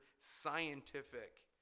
scientific